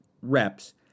reps